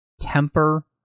temper